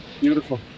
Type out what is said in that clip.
Beautiful